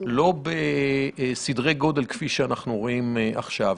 לא בסדרי גודל כפי שאנחנו רואים עכשיו.